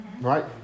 right